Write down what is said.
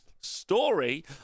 story